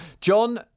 John